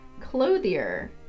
clothier